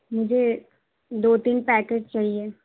مجھے دو تین پیکٹ چاہیے